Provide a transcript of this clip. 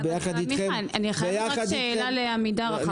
אבל יחד איתכם -- אני רוצה רק שאלה לעמידר.